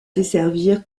desservir